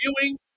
viewing